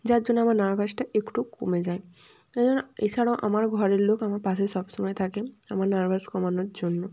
যার জন্য আমার নার্ভাসটা একটু কমে যায় যে জন্য এছাড়াও আমার ঘরের লোক আমার পাশে সব সময় থাকে আমার নার্ভাস কমানোর জন্য